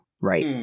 right